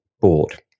board